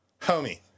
homie